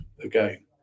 again